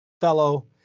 Fellow